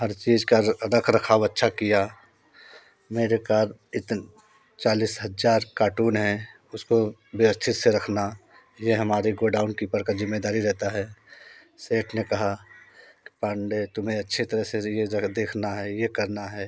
हर चीज़ का रख रखाव अच्छा किया मेरे कार्य एक दिन चालीस हज़ार कार्टून हैं उसको व्यवस्थित से रखना ये हमारे गोडाउन कीपर का जिम्मेदारी रहता है सेठ ने कहा पांडे तुम्हे अच्छी तरह से यह जगह देखना है यह करना है